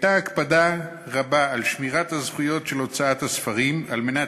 הייתה הקפדה רבה על שמירת הזכויות של הוצאת הספרים על מנת